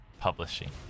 Publishing